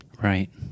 Right